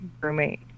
roommate